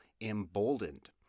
emboldened